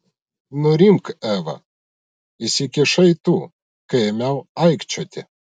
nurimk eva įsikišai tu kai ėmiau aikčioti